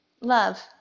love